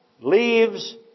leaves